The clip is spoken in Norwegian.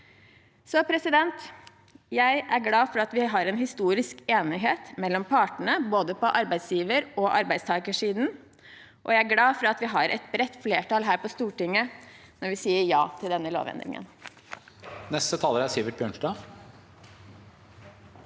støtter dette. Jeg er glad for at vi har en historisk enighet mellom partene, på både arbeidsgiver- og arbeidstakersiden, og jeg er glad for at vi har et bredt flertall her på Stortinget når vi sier ja til denne lovendringen. Sivert Bjørnstad